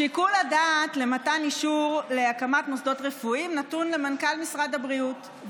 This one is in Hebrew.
שיקול הדעת למתן אישור להקמת מוסדות רפואיים נתון למנכ"ל משרד הבריאות,